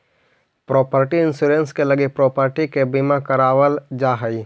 property insurance के लगी property के बीमा करावल जा हई